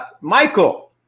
Michael